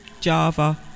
Java